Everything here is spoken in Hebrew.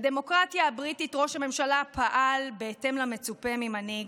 בדמוקרטיה הבריטית ראש הממשלה פעל בהתאם למצופה ממנהיג,